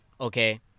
Okay